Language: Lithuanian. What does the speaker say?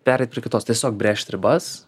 pereit prie kitos tiesiog brėžt ribas